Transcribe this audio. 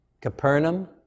Capernaum